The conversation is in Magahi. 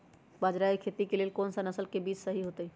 बाजरा खेती के लेल कोन सा नसल के बीज सही होतइ?